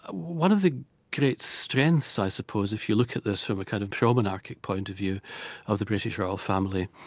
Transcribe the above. one of the great strengths, i suppose, if you look at this from a kind of pro-monarchic point of view of the british royal family,